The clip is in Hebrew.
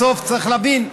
בסוף צריך להבין: